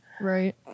Right